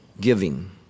giving